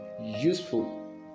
useful